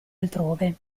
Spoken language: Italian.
altrove